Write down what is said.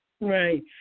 Right